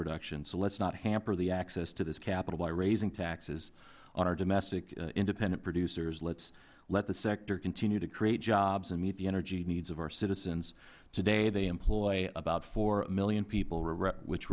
production so let's not hamper the access to the capital by raising taxes on our domestic independent producers but let the sector continue to create jobs and meet the energy needs of our citizens today they employ about four million people which